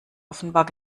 offenbar